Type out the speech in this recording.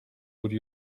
would